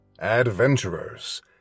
Adventurers